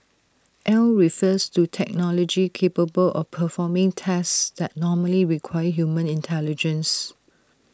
al refers to technology capable of performing tasks that normally require human intelligence